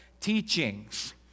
teachings